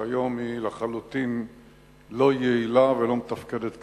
שהיום היא לחלוטין לא יעילה ולא מתפקדת כראוי?